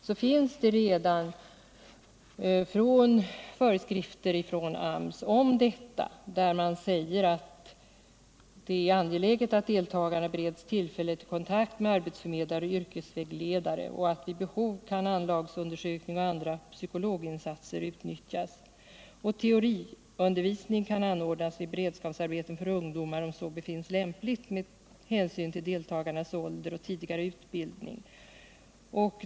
Det finns dock redan sådana föreskrifter, som AMS har utarbetat, där det sägs att det är angeläget att deltagarna bereds tillfälle till vontakt med arbetsförmedlare och yrkesvägledare samt att vid behov arlagsundersökning och andra psykologinsatser utnyttjas. Teoriundervisning kan också anordnas I beredskapsarbete för ungdomar, om så befinns lämpligt med hänsyn till deltagarnas ålder och tidigare utbildning.